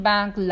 Bank